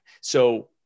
So-